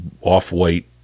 off-white